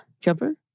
Jumper